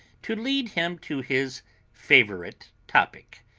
to lead him to his favourite topic.